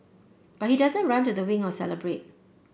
but he doesn't run to the wing or celebrate